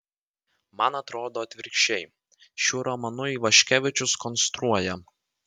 man atrodo atvirkščiai šiuo romanu ivaškevičius konstruoja